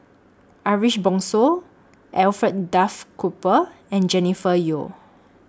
Ariff Bongso Alfred Duff Cooper and Jennifer Yeo